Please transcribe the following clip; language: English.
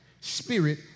Spirit